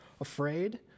afraid